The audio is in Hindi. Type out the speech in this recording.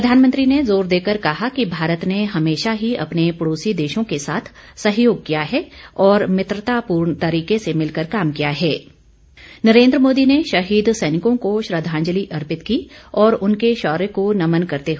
प्रधानमंत्री ने जोर देकर कहा कि भारत ने हमेशा ही अपने पड़ोसी देशों के साथ सहयोग किया है और मित्रतापूर्ण तरीके से मिलकर नरेन्द्र मोदी ने शहीद सैनिकों को श्रद्वांजलि अर्पित की और उनके शौर्य को नमन करते काम किया है